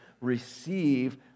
receive